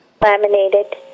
laminated